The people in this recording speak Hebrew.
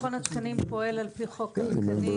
מכון התקנים פועל על פי חוק התקנים,